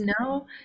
no